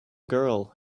girl